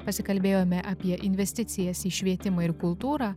pasikalbėjome apie investicijas į švietimą ir kultūrą